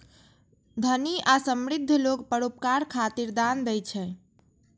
धनी आ समृद्ध लोग परोपकार खातिर दान दै छै